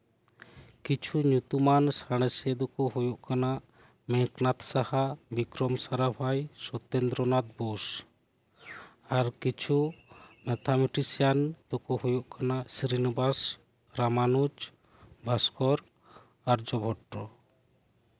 ᱠᱤᱪᱷᱩ ᱧᱩᱛᱩᱢᱟᱱ ᱥᱟᱬᱮᱥᱤᱭᱟᱹ ᱫᱚᱠᱚ ᱦᱩᱭᱩᱜ ᱠᱟᱱᱟ ᱢᱮᱜᱷᱱᱟᱛᱷ ᱥᱟᱦᱟ ᱵᱤᱠᱨᱚᱢ ᱥᱟᱨᱟᱵᱷᱟᱭ ᱥᱚᱛᱛᱮᱱᱫᱨᱚᱱᱟᱛᱷ ᱵᱳᱥ ᱟᱨ ᱠᱤᱪᱷᱩ ᱢᱮᱛᱷᱟᱢᱮᱴᱤᱥᱤᱭᱟᱱ ᱫᱚᱠᱚ ᱦᱩᱭᱩᱜ ᱠᱟᱱᱟ ᱥᱨᱤᱱᱤᱵᱟᱥ ᱨᱟᱢᱟᱱᱩᱡ ᱵᱷᱟᱥᱠᱚᱨ ᱟᱨᱡᱚᱵᱷᱚᱴᱴᱚ